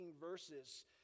verses